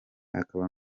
akaba